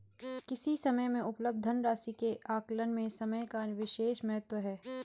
किसी समय में उपलब्ध धन राशि के आकलन में समय का विशेष महत्व है